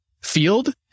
field